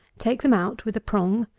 take them out with a prong,